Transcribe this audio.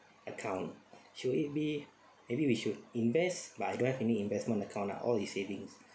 account should it be maybe we should invest but I don't have any investment account lah all is savings